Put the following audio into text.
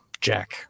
Jack